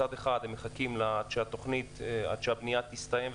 מצד אחד הם מחכים עד שהבנייה תסתיים.